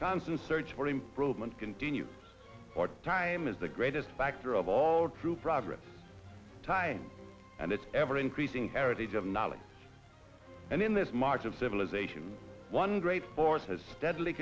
constant search for improvement continue or time is the greatest factor of all true progress time and its ever increasing heritage of knowledge and in this march of civilization one great force has steadily